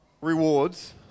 rewards